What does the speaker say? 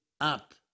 up